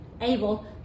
able